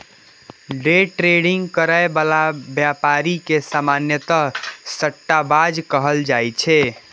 day trading करै बला व्यापारी के सामान्यतः सट्टाबाज कहल जाइ छै